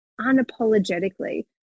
unapologetically